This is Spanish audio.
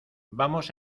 vamos